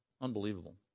Unbelievable